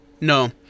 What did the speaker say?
No